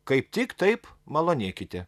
kaip tik taip malonėkite